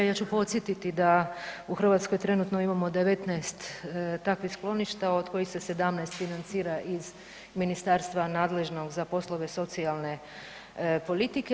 Ja ću podsjetiti da u Hrvatskoj trenutno imamo 19 takvih skloništa od kojih se 17 financira iz ministarstva nadležnog za poslove socijalne politike.